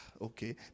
okay